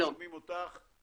נעבור למרב דוד מלובי 99,